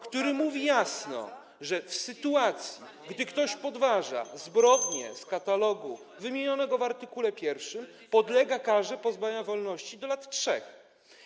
który mówi jasno, że w sytuacji, gdy ktoś podważa zbrodnie z katalogu wymienionego w art. 1, podlega karze pozbawienia [[Gwar na sali, dzwonek]] wolności do lat 3.